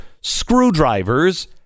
screwdrivers